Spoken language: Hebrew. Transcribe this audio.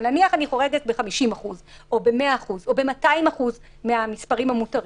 אבל נניח שאני חורגת ב-50% או ב-100% או ב-200% מן המספרים המותרים,